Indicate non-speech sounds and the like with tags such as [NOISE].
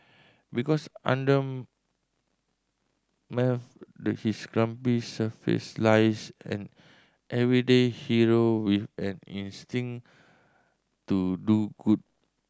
because [UNINTELLIGIBLE] his grumpy surface lies an everyday hero with an instinct to do good